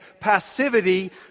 passivity